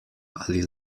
ali